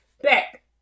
back